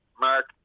mark